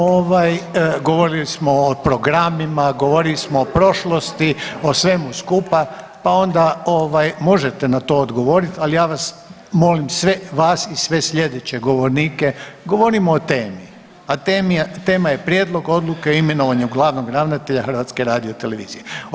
Ovaj govorili smo o programima, govorili smo o prošlosti, o svemu skupa, pa onda ovaj možete na to odgovoriti ali ja vas molim sve vas i sve slijedeće govornike, govorimo o temi, a tema je Prijedlog Odluke o imenovanju glavnog ravnatelja HRT-a.